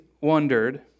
wondered